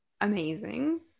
Amazing